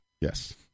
Yes